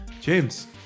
James